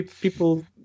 People